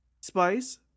Spice